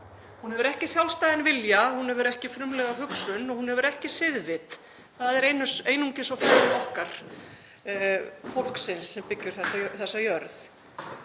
Hún hefur ekki sjálfstæðan vilja, hún hefur ekki frumlega hugsun og hún hefur ekki siðvit, það er einungis á færi okkar, fólksins sem byggjum þessa jörð.